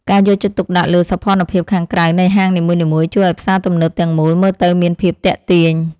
ការយកចិត្តទុកដាក់លើសោភ័ណភាពខាងក្រៅនៃហាងនីមួយៗជួយឱ្យផ្សារទំនើបទាំងមូលមើលទៅមានភាពទាក់ទាញ។